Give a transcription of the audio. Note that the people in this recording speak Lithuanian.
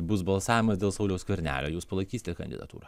bus balsavimas dėl sauliaus skvernelio jūs palaikysite kandidatūrą